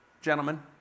gentlemen